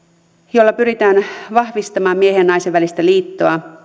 jolla pyritään vahvistamaan miehen ja naisen välistä liittoa